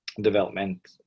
development